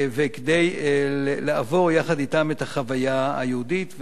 כדי לעבור יחד אתם את החוויה היהודית.